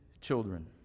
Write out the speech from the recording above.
children